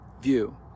view